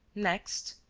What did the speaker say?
next?